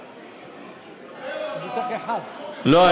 לא.